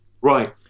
Right